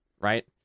right